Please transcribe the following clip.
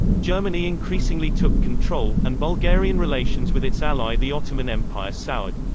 germany increasingly took control, and bulgarian relations with its ally the ottoman empire soured.